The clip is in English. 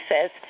says